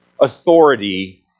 authority